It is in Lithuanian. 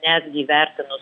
netgi įvertinus